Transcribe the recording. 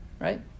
Right